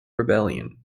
rebellion